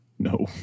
No